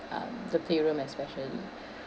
um the playroom especially